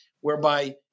whereby